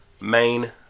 main